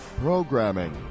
programming